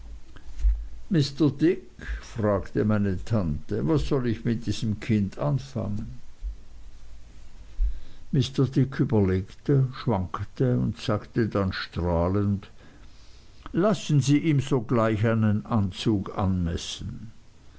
mr dick fragte meine tante was soll ich mit diesem kind anfangen mr dick überlegte schwankte und sagte dann strahlend lassen sie ihm sogleich einen anzug anmessen